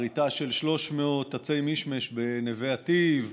כריתה של 300 עצי משמש בנווה אטי"ב,